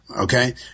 Okay